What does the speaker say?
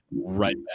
right